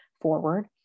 forward